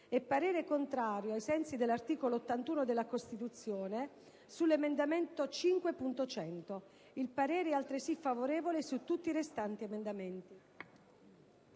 e parere contrario, ai sensi dell'articolo 81 della Costituzione, sull'emendamento 5.100. Il parere è altresì favorevole su tutti i restanti emendamenti».